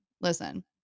listen